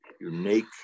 unique